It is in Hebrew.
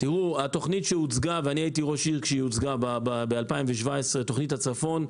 התוכנית שהוצגה ב-2017 לגבי הצפון,